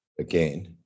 again